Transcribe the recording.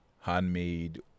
handmade